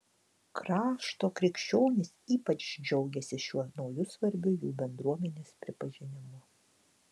krašto krikščionys ypač džiaugiasi šiuo nauju svarbiu jų bendruomenės pripažinimu